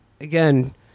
again